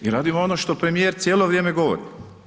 Mi radimo ono što premijer cijelo vrijeme govori.